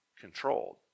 controlled